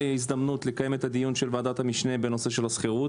הזדמנות לקיים את הדיון של ועדת המשנה בנושא השכירות.